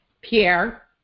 Pierre